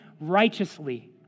righteously